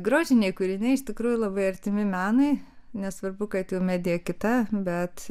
grožiniai kūriniai iš tikrųjų labai artimi menui nesvarbu kad jų medijakita bet